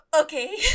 Okay